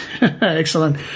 Excellent